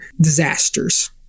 disasters